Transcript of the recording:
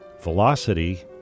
Velocity